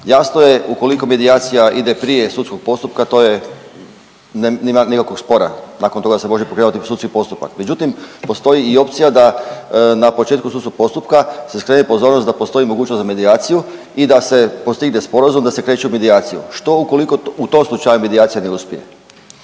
Jasno je ukoliko medijacija ide prije sudskog postupaka to ne, nema nikakvog spora nakon toga se može pokrenuti sudski postupak. Međutim, postoji i opcija da na početku sudskog postupka se skrene pozornost da postoji mogućnost za medijaciju i da se postigne sporazum i da se kreće u medijaciju. Što ukoliko u tom slučaju medijacija ne uspije?